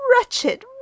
Wretched